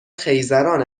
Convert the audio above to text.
خیزران